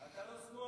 אתה לא שמאל.